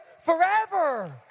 forever